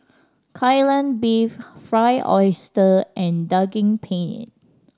Kai Lan Beef Fried Oyster and Daging Penyet